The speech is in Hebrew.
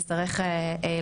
הדבר עלה מהשטח.